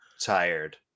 tired